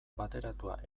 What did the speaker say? bateratua